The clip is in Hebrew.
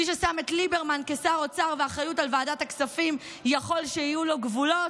מי ששם את ליברמן כשר אוצר ואחריות לוועדת הכספים יכול שיהיו לו גבולות?